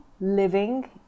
living